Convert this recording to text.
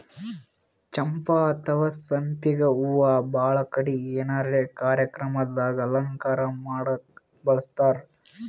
ಚಂಪಾ ಅಥವಾ ಸಂಪಿಗ್ ಹೂವಾ ಭಾಳ್ ಕಡಿ ಏನರೆ ಕಾರ್ಯಕ್ರಮ್ ದಾಗ್ ಅಲಂಕಾರ್ ಮಾಡಕ್ಕ್ ಬಳಸ್ತಾರ್